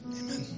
Amen